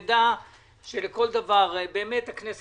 ארבע מערכות בחירות ואני לא יודע מה הולך להיות